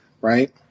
right